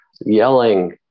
yelling